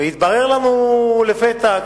והתברר לנו לפתע,